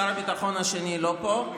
שר הביטחון השני לא פה,